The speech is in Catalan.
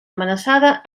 amenaçada